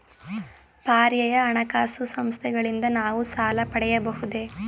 ಪರ್ಯಾಯ ಹಣಕಾಸು ಸಂಸ್ಥೆಗಳಿಂದ ನಾವು ಸಾಲ ಪಡೆಯಬಹುದೇ?